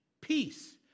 peace